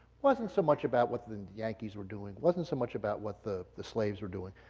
wasn't so much about what the yankees were doing, wasn't so much about what the the slaves were doing.